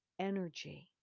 energy